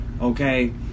okay